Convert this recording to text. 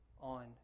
on